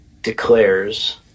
declares